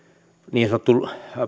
niin sanottu